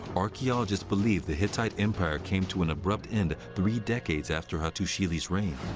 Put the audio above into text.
archaeologists believe the hittite empire came to an abrupt end three decades after hattusili's reign.